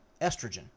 estrogen